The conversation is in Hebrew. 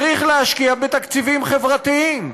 צריך להשקיע בתקציבים חברתיים,